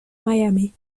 miami